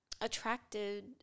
attracted